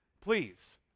please